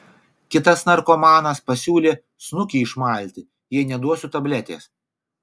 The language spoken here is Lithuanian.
kitas narkomanas pasiūlė snukį išmalti jei neduosiu tabletės